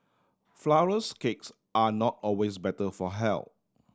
flourless cakes are not always better for health